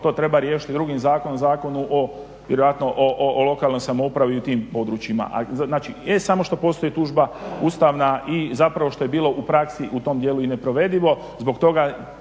to treba riješiti drugim zakonom, Zakonom o vjerojatno o lokalnoj samoupravi i u tim područjima. Znači em samo što postoji tužba ustavna i zapravo što je bilo u praksi u tom dijelu i neprovedivo